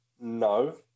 no